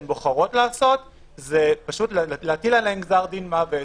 בוחרות לעשות זה פשוט להטיל עליהן גזר דין מוות.